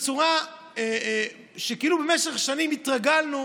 כאילו במשך שנים התרגלנו